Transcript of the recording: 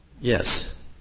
Yes